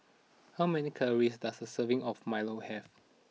how many calories does a serving of Milo have